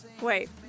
Wait